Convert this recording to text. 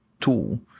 tool